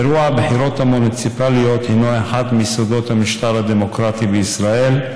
אירוע הבחירות המוניציפליות הוא אחד מיסודות המשטר הדמוקרטי בישראל,